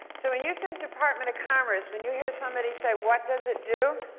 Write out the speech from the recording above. so when you think department of commerce when you hear somebody say what does it do?